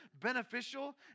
beneficial